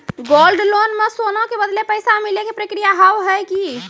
Gold loan मे सोना के बदले पैसा मिले के प्रक्रिया हाव है की?